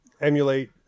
emulate